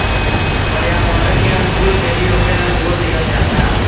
पर्यावरण के अनुकूल खेती होखेल जोर दिहल जाता